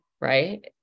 Right